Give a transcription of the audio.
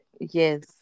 Yes